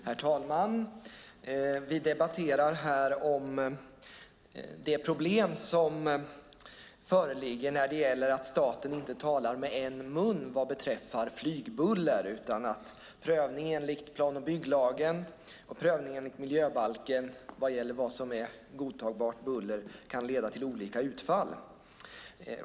Herr talman! Vi debatterar här det problem som föreligger när staten inte talar med en tunga vad beträffar flygbuller. Prövningen enligt plan och bygglagen och prövningen enligt miljöbalken när det gäller vad som är godtagbart buller kan leda till olika utfall.